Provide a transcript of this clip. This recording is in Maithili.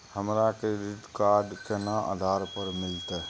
हमरा क्रेडिट कार्ड केना आधार पर मिलते?